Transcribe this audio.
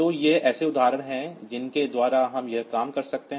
तो ये ऐसे उदाहरण हैं जिनके द्वारा हम यह काम कर सकते हैं